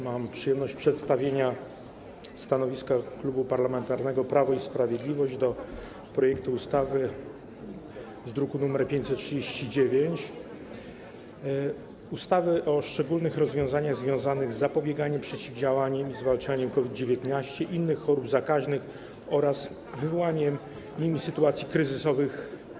Mam przyjemność przedstawić stanowisko Klubu Parlamentarnego Prawo i Sprawiedliwość wobec projektu ustawy z druku nr 539 o szczególnych rozwiązaniach związanych z zapobieganiem, przeciwdziałaniem i zwalczaniem COVID-19, innych chorób zakaźnych oraz wywołanych nimi sytuacji kryzysowych.